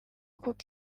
kuko